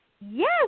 Yes